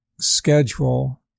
schedule